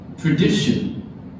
tradition